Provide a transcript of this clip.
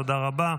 תודה רבה,